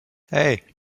hey